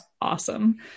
awesome